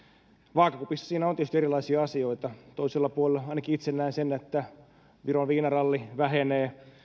vaakakupissa siinä on tietysti erilaisia asioita toisella puolella ainakin itse näen sen viron viinaralli vähenee